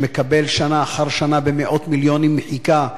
שמקבל שנה אחר שנה מאות מיליונים מחיקה,